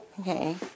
Okay